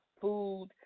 food